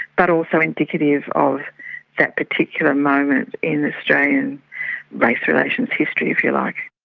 but also indicative of that particular moment in australian race relations history, if you like.